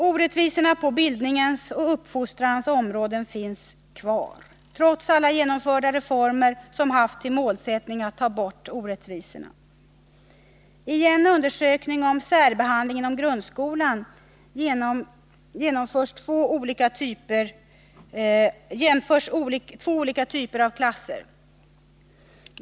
Orättvisorna beträffande bildningen och uppfostran finns kvar, trots alla genomförda reformer som haft till målsättning att ta bort orättvisorna. I en 25 undersökning om särbehandling inom grundskolan jämförs två olika typer av skolklasser.